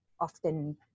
often